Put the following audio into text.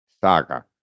Saga